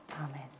Amen